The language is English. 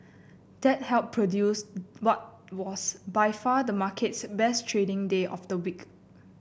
that helped produce what was by far the market's best trading day of the week